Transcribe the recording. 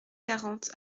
quarante